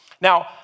Now